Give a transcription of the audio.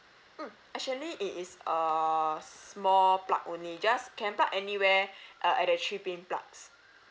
mm actually it is uh small plug only just can plug anywhere uh at the three pins plugs